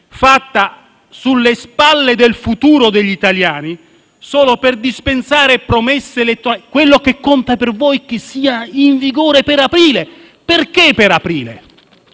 fatta sulle spalle del futuro degli italiani, solo per dispensare promesse elettorali. Ciò che conta per voi è che sia in vigore per aprile. Perché per aprile?